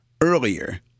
earlier